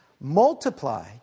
Multiply